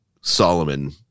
solomon